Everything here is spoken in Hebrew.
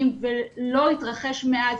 מה שצריך לקרות עכשיו,